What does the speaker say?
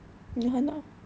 你很 ah